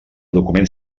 document